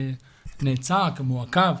כמעוכב,